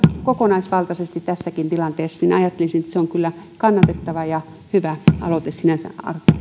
huomioidaan kokonaisvaltaisesti tässäkin tilanteessa on kyllä kannatettava ja hyvä aloite sinänsä